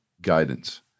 guidance